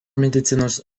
medicinos